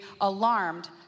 alarmed